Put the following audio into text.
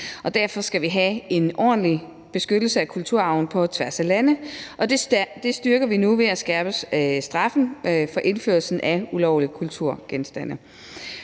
Derfor skal vi have en ordentlig beskyttelse af kulturarven på tværs af lande, og det styrker vi nu ved at skærpe straffen for indførsel af ulovlige kulturgenstande.